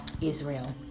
Israel